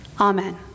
Amen